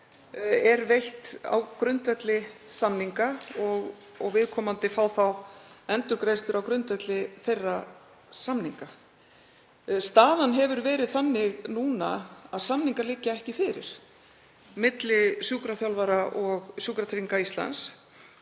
er veitt á grundvelli samninga og viðkomandi fá endurgreiðslur á grundvelli þeirra samninga. Staðan hefur verið þannig núna að samningar liggi ekki fyrir milli sjúkraþjálfara og Sjúkratrygginga Íslands.